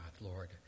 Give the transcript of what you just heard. Lord